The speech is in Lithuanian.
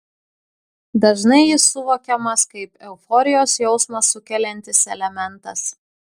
dažnai jis suvokiamas kaip euforijos jausmą sukeliantis elementas